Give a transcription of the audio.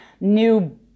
new